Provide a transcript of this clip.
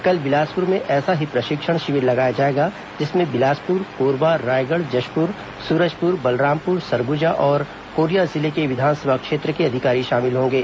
कल बिलासपुर में ऐसा ही प्रशिक्षण शिविर लगाया जाएगा जिसमें बिलासपुर कोरबा रायगढ़ जशपुर सूरजपुर बलरामपुर सरंगुजा और कोरिया जिले के विधानसभा क्षेत्र के अधिकारी शामिल होंगे